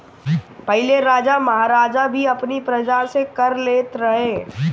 पहिले राजा महाराजा भी अपनी प्रजा से कर लेत रहे